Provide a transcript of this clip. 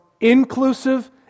inclusive